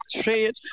trade